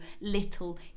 little